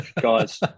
guys